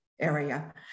area